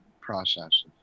processes